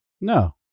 No